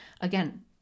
Again